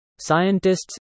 Scientists